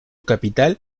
capital